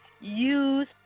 use